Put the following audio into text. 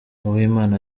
uwimana